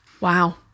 Wow